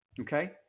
Okay